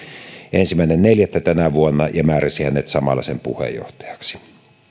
ensimmäinen neljättä tänä vuonna ja määräsi hänet samalla sen puheenjohtajaksi